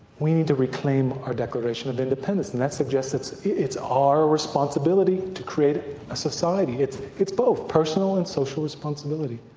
we need to reclaim our declaration of independence, and that suggests it's it's our responsibility to create a society. it's it's both personal and social responsibility.